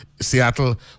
Seattle